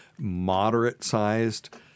moderate-sized